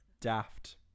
Daft